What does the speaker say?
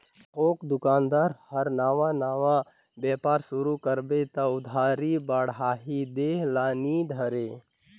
थोक दोकानदार हर नावा नावा बेपार सुरू करबे त उधारी बाड़ही देह ल नी धरे